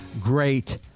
great